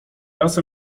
raz